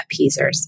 appeasers